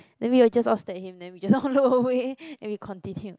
then we all just all stare at him then we just all look away and we continued